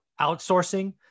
outsourcing